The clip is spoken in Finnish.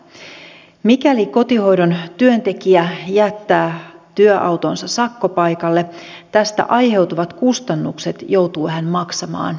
mikäli kotihoidon työntekijä jättää työautonsa sakkopaikalle tästä aiheutuvat kustannukset joutuu hän maksamaan itse